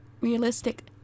realistic